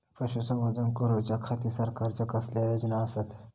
पशुसंवर्धन करूच्या खाती सरकारच्या कसल्या योजना आसत?